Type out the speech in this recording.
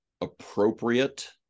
appropriate